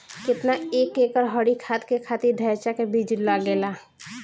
केतना एक एकड़ हरी खाद के खातिर ढैचा के बीज लागेला?